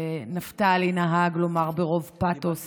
שנפתלי נהג לומר ברוב פתוס